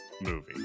movie